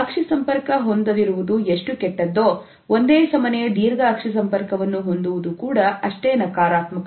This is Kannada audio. ಅಕ್ಷಿ ಸಂಪರ್ಕ ಹೊಂದದಿರುವುದು ಎಷ್ಟು ಕೆಟ್ಟದ್ದೋ ಒಂದೇ ಸಮನೆ ದೀರ್ಘ ಅಕ್ಷಿ ಸಂಪರ್ಕವನ್ನು ಹೊಂದುವುದು ಕೂಡ ಅಷ್ಟೇ ನಕಾರಾತ್ಮಕ